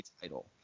title